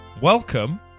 welcome